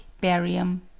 barium